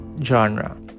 genre